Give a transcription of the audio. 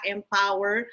Empower